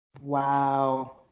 Wow